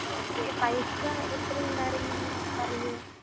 okay പൈസ എത്ര ഉണ്ടായിരുന്നു എന്നൊന്ന് പറയുമോ